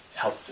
help